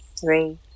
three